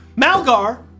Malgar